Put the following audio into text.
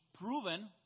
proven